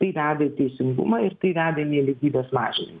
tai veda į teisingumą ir tai veda į nelygybės mažinim